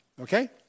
okay